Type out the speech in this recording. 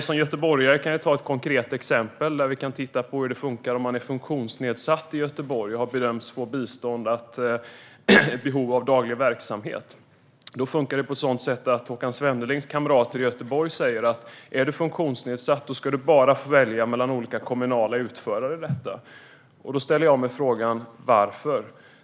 Som göteborgare kan jag ta ett konkret exempel som visar hur det funkar om man är funktionsnedsatt i Göteborg och bedöms ha behov av daglig verksamhet. I Göteborg säger Håkan Svennelings kamrater att som funktionsnedsatt får du bara välja mellan olika kommunala utförare. Jag ställer mig frågan: Varför?